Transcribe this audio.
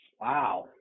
Wow